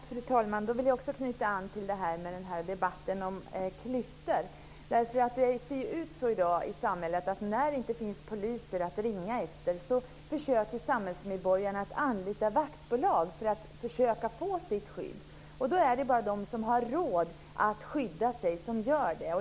Fru talman! Jag vill också knyta an till debatten om klyftor. I dag ser det ut så i samhället att när det inte finns poliser att ringa efter, anlitar samhällsmedborgarna vaktbolag för att försöka få sitt skydd. Då är det bara de som har råd att skydda sig som gör det.